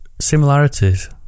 Similarities